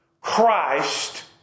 Christ